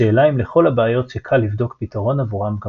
השאלה אם לכל הבעיות שקל לבדוק פתרון עבורן גם